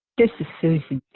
this is suzy.